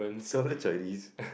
some what Chinese